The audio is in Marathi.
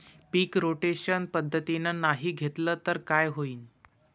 पीक रोटेशन पद्धतीनं नाही घेतलं तर काय होईन?